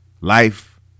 life